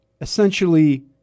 essentially